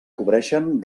cobreixen